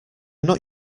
not